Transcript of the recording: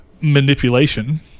manipulation